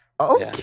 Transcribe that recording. Okay